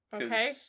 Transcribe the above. Okay